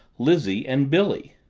lizzie, and billy.